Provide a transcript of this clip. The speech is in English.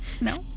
No